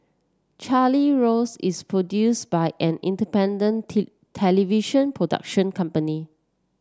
Charlie Rose is produce by an independent television production company